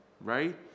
right